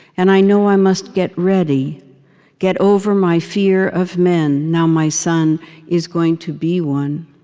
and i know i must get ready get over my fear of men now my son is going to be one.